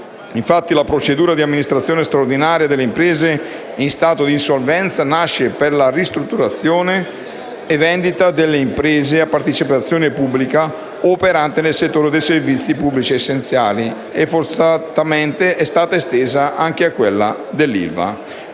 Infatti, la procedura di amministrazione straordinaria delle imprese in stato di insolvenza nasce per la ristrutturazione e vendita delle imprese a partecipazione pubblica o operanti nel settore dei servizi pubblici essenziali e forzatamente è stata estesa anche all'ILVA.